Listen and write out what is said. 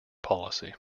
policy